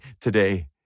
today